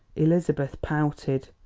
elizabeth pouted.